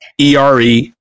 ERE